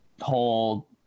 whole